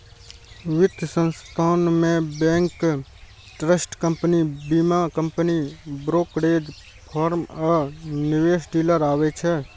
वित्त संस्थान मे बैंक, ट्रस्ट कंपनी, बीमा कंपनी, ब्रोकरेज फर्म आ निवेश डीलर आबै छै